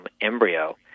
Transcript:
embryo